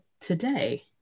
today